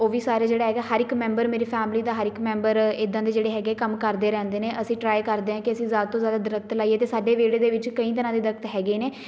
ਉਹ ਵੀ ਸਾਰੇ ਜਿਹੜਾ ਹੈਗਾ ਹਰ ਇੱਕ ਮੈਂਬਰ ਮੇਰੇ ਫੈਮਿਲੀ ਦਾ ਹਰ ਇੱਕ ਮੈਂਬਰ ਇੱਦਾਂ ਦੇ ਜਿਹੜੇ ਹੈਗੇ ਕੰਮ ਕਰਦੇ ਰਹਿੰਦੇ ਨੇ ਅਸੀਂ ਟਰਾਈ ਕਰਦੇ ਹਾਂ ਕਿ ਅਸੀਂ ਜ਼ਿਆਦਾ ਤੋਂ ਜ਼ਿਆਦਾ ਦਰੱਖਤ ਲਾਈਏ ਅਤੇ ਸਾਡੇ ਵਿਹੜੇ ਦੇ ਵਿੱਚ ਕਈ ਤਰ੍ਹਾਂ ਦੇ ਦਰੱਖਤ ਹੈਗੇ ਨੇ